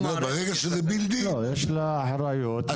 ברגע שזה בילד-אין --- יש לה אחריות,